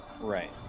right